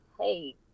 hey